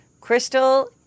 Crystal